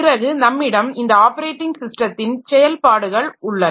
பிறகு நம்மிடம் இந்த ஆப்பரேட்டிங் ஸிஸ்டத்தின் செயல்பாடுகள் உள்ளன